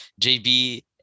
JB